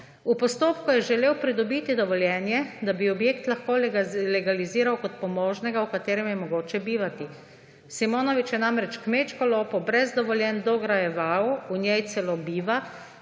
V postopku je želel pridobiti dovoljenje, da bi objekt lahko legaliziral kot pomožni, v katerem je mogoče bivati. Simonovič je namreč kmečko lopo brez dovoljenj dograjeval, v njej celo biva,